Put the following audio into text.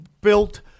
built